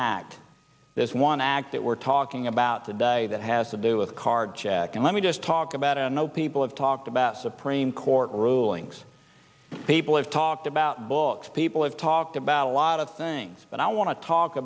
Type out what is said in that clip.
act this one act that we're talking about today that has to do with card check and let me just talk about i know people have talked about supreme court rulings people have talked about books people have talked about a lot of things but i want to talk